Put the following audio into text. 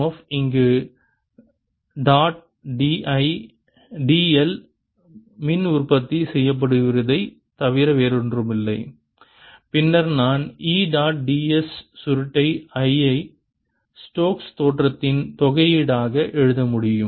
F இங்கு dot dl மின் உற்பத்தி செய்யப்படுவதைத் தவிர வேறொன்றுமில்லை பின்னர் நான் E டாட் ds சுருட்டை ஐ ஸ்டோக்ஸ் தோற்றத்தின் தொகையீடு ஆக எழுத முடியும்